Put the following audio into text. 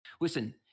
Listen